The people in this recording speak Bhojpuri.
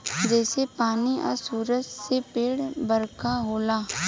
जइसे पानी आ सूरज से पेड़ बरका होला